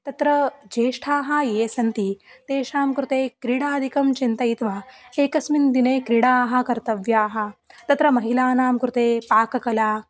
तत्र ज्येष्ठाः ये सन्ति तेषां कृते क्रीडादिकं चिन्तयित्वा एकस्मिन् दिने क्रीडाः कर्तव्याः तत्र महिलानां कृते पाककला